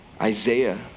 Isaiah